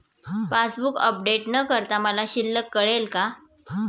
Passbook update न करता मला शिल्लक कळेल का?